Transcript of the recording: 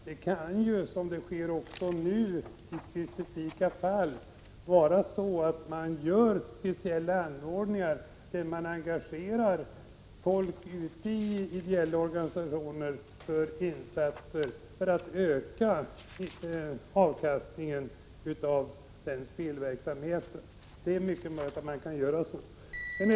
Man kan — som också sker nu i specifika fall — göra speciella anordningar där man engagerar folk ute i ideella organisationer att göra insatser för att öka avkastningen av den spelverksamheten. Det är mycket möjligt att man kan göra så.